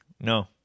No